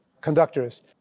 conductors